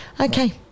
Okay